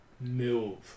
move